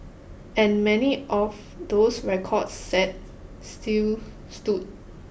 and many of those records set still stood